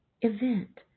event